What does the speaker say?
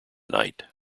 night